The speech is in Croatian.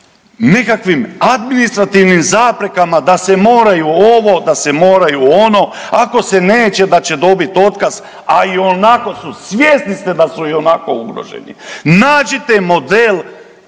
nekakvim administrativnim zaprekama da se moraju ovo, da se moraju ono. Ako se neće, da će dobiti otkaz, a i onako su, svjesni ste da su ionako ugroženi. Nađite model